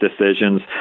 decisions